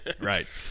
right